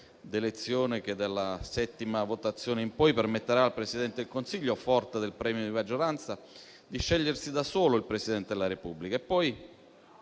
d'elezione che dalla settima votazione in poi permetterà al Presidente del Consiglio, forte del premio di maggioranza, di scegliersi da solo il Presidente della Repubblica.